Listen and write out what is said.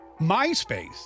MySpace